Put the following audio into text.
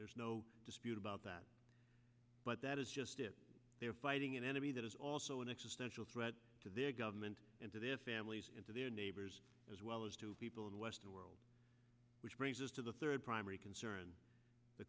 there's no dispute about that but that is just it they are fighting an enemy that is also an extension a threat to their government and to their families and to their neighbors as well as to people in the western world which brings us to the third primary concern the